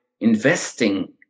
investing